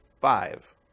five